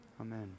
Amen